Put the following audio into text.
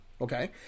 okay